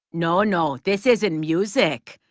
no, no. this isn't music.